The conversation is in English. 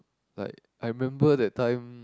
like I remember that time